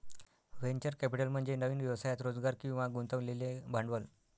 venture capital म्हणजे नवीन व्यवसायात रोजगार किंवा गुंतवलेले भांडवल